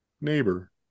neighbor